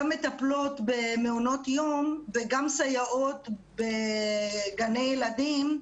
גם מטפלות במעונות יום וגם סייעות בגני ילדים,